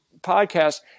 podcast